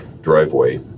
driveway